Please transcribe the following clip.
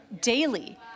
daily